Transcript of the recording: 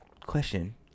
question